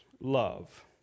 love